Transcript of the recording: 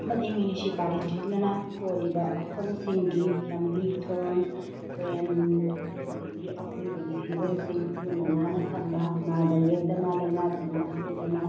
ꯑꯃꯗꯤ ꯃꯤꯅꯤꯁꯤꯄꯥꯜꯂꯤꯇꯤꯗꯨꯅ ꯀꯣꯜꯂꯤꯕ ꯃꯐꯝꯁꯤꯡꯒꯤ ꯂꯝꯕꯤ ꯊꯣꯡ ꯗ꯭ꯔꯦꯟ ꯑꯗꯒꯤ ꯑꯀꯣꯏꯕꯒꯤ ꯐꯤꯕꯝꯁꯤꯡ ꯂꯨꯅ ꯅꯥꯟꯅ ꯊꯝꯕ ꯅꯥꯗ ꯌꯦꯛꯇꯕ ꯂꯩꯅꯥ ꯇꯤꯟꯅꯥ ꯆꯦꯟꯗꯅ